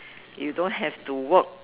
you don't have to work